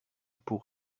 pour